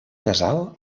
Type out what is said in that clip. casal